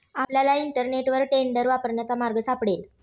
आपल्याला इंटरनेटवर टेंडर वापरण्याचा मार्ग सापडेल